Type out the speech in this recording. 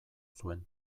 zuen